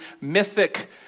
mythic